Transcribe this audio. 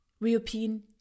European